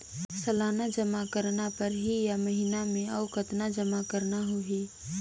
सालाना जमा करना परही या महीना मे और कतना जमा करना होहि?